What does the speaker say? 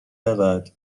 رود